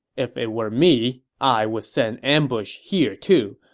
if it were me, i would set an ambush here, too,